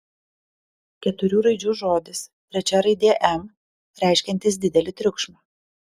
keturių raidžių žodis trečia raidė m reiškiantis didelį triukšmą